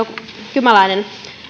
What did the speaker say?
kymäläinen